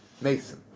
Mason